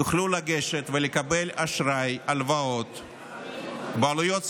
יוכלו לגשת ולקבל אשראי, הלוואות, בעלויות סבירות.